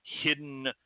hidden